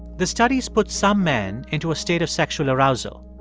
the studies put some men into a state of sexual arousal.